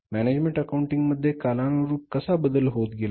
management accounting मध्ये कालानुरूप कसा बदल होत गेला